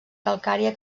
calcària